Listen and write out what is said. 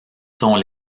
sont